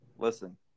Listen